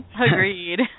Agreed